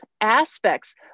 aspects